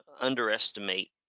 underestimate